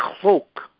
cloak